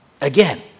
Again